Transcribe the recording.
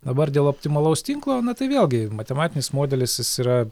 dabar dėl optimalaus tinklo na tai vėlgi matematinis modelis jis yra